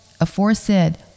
aforesaid